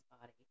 body